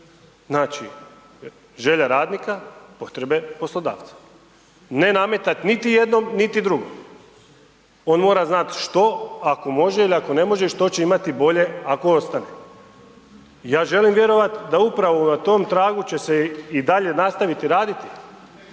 Znači želja radnika, potrebe poslodavca. Ne nametati niti jednom niti drugom. On mora znati što ako može ili ako ne može i što će imati bolje ako ostane. I ja želim vjerovati da upravo na tom tragu će se i dalje nastaviti raditi,